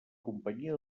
companyia